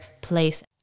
place